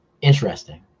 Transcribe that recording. Interesting